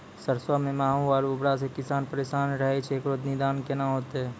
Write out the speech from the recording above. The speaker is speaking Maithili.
सरसों मे माहू आरु उखरा से किसान परेशान रहैय छैय, इकरो निदान केना होते?